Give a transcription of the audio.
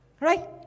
Right